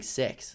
sex